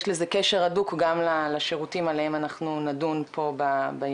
יש לזה קשר הדוק גם לשירותים עליהם אנחנו נדון פה בישיבה.